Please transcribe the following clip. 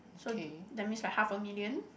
so that's means like half a million